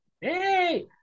Hey